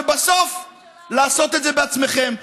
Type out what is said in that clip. ובסוף לעשות את זה בעצמכם.